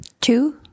two